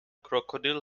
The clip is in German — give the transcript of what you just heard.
krokodil